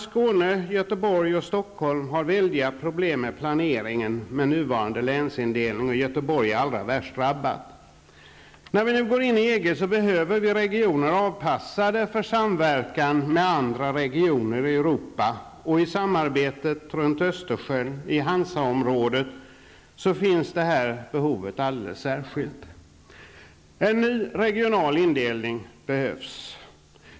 Stockholm har väldiga problem med planeringen med nuvarande länsindelning. Göteborg är allra värst drabbat. När vi går in i EG behöver vi regioner som är avpassade för samverkan med andra regioner i Europa. I samarbetet runt Östersjön, i Hansaområdet, är det här behovet särskilt stort. En ny regional indelning behövs.